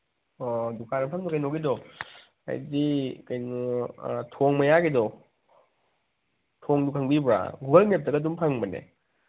ꯑꯣ ꯗꯨꯀꯥꯟ ꯃꯐꯝ ꯀꯩꯅꯣꯒꯤꯗꯣ ꯍꯥꯏꯗꯤ ꯀꯩꯅꯣ ꯊꯣꯡ ꯃꯌꯥꯒꯤꯗꯣ ꯊꯣꯡꯗꯨ ꯈꯪꯕꯤꯕ꯭ꯔꯥ ꯒꯨꯒꯜ ꯃꯦꯞꯇꯒ ꯑꯗꯨꯝ ꯐꯪꯕꯅꯦ